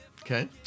Okay